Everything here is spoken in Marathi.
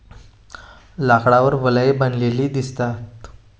लाकडावर वलये बनलेली दिसतात